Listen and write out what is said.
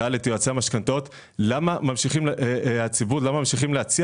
הוא שאל את יועצי המשכנתאות למה לא ממשיכים להציע